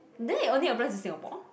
then it only applies in Singapore